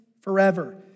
forever